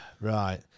Right